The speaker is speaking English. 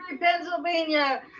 Pennsylvania